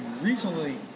recently